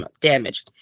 damage